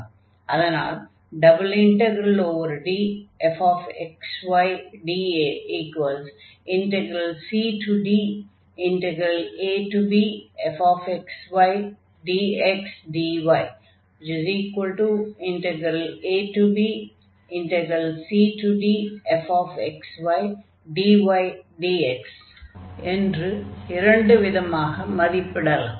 அதனால் ∬DfxydAcdabfxydxdyabcdfxydydx என்று இரண்டு விதமாக மதிப்பிடலாம்